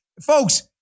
folks